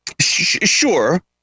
sure